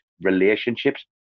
relationships